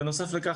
בנוסף לכך,